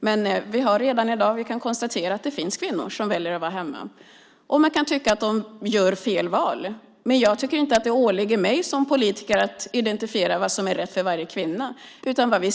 Men redan i dag kan vi konstatera att det finns kvinnor som väljer att vara hemma. Man kan tycka att de gör fel val, men jag tycker inte att det åligger mig som politiker att identifiera vad som är rätt för varje kvinna.